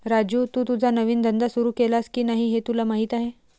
राजू, तू तुझा नवीन धंदा सुरू केलास की नाही हे तुला माहीत आहे